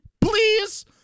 Please